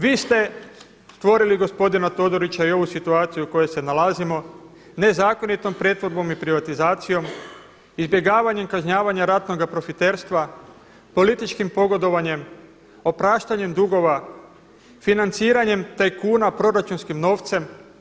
Vi ste stvorili gospodina Todorića i ovu situaciju u kojoj se nalazimo nezakonitom pretvorbom i privatizacijom, izbjegavanjem kažnjavanja ratnoga profiterstva, političkim pogodovanjem, opraštanjem dugova, financiranjem tajkuna proračunskim novcem.